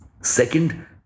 Second